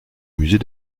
musée